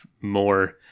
more